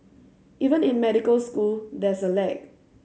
even in medical school there's a lag